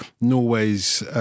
Norway's